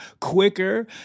quicker